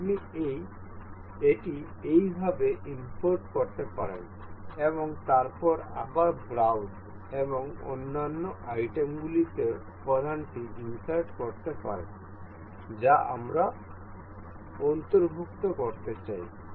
আপনি এটি এইভাবে ইম্পোর্ট করতে পারেন এবং তারপর আবার ব্রাউজ এবং অন্যান্য আইটেমগুলিতে উপাদানটি ইন্সার্ট করতে পারেন যা আমরা অন্তর্ভুক্ত করতে চাই